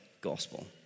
gospel